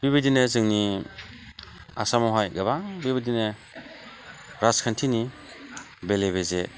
बिबादिनो जोंनि आसामावहाय गोबां बेबायदिनो राजखान्थिनि बेले बेजे